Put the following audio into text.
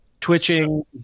Twitching